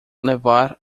levar